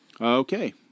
Okay